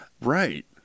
Right